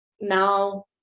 now